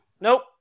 nope